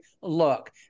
look